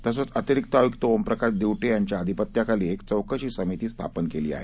तसेच अतिरिक्त आयुक्त ओमप्रकाश दिवटे यांच्या अधिपत्याखाली एक चौकशी समिती स्थापन केलेली आहे